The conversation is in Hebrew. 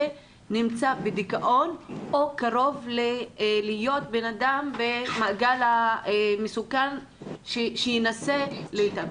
נמצא בדיכאון או קרוב להיות אדם במעגל המסוכן שינסה להתאבד.